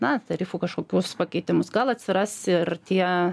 na tarifų kažkokius pakeitimus gal atsiras ir tie